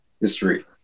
history